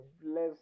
bless